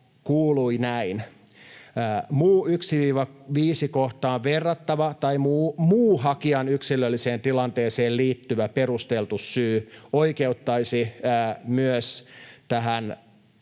kuului näin: ”Muu 1—5 kohtaan verrattava tai muu hakijan yksilölliseen tilanteeseen liittyvä perusteltu syy oikeuttaisi myös